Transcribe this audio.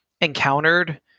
encountered